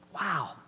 Wow